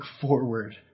forward